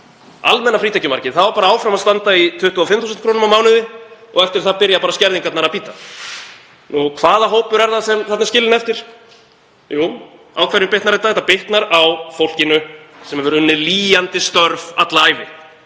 Almenna frítekjumarkið á áfram að standa í 25.000 kr. á mánuði og eftir það byrja bara skerðingarnar að bíta. Og hvaða hópur er það sem þarna er skilinn eftir? Jú, á hverjum bitnar þetta? Þetta bitnar á fólkinu sem hefur unnið lýjandi störf alla ævi.